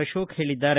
ಅಶೋಕ್ ಹೇಳಿದ್ದಾರೆ